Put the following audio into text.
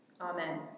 amen